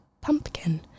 Pumpkin